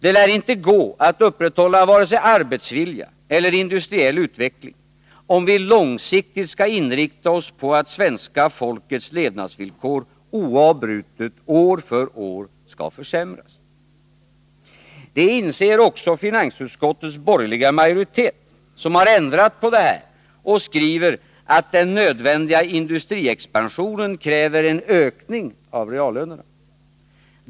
Det lär inte gå att upprätthålla vare sig arbetsvilja eller industriell utveckling, om vi långsiktigt skall inrikta oss på att svenska folkets levnadsvillkor oavbrutet, år för år, skall försämras. Det inser också finansutskottets borgerliga majoritet, som har ändrat på det här och skriver att den nödvändiga industriexpansionen kräver en ökning av reallönerna.